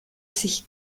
sich